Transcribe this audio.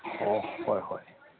ꯑꯣ ꯍꯣꯏ ꯍꯣꯏ